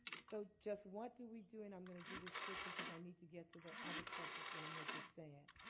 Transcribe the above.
so just what do we do? and i'm going to do this quick because i need to get to the other stuff that's going to make you sad.